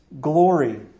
glory